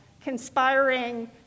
conspiring